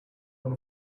not